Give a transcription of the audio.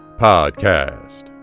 Podcast